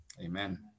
Amen